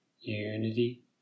unity